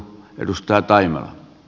arvoisa puhemies